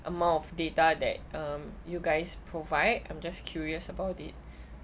amount of data that uh you guys provide I'm just curious about it